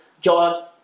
John